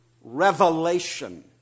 revelation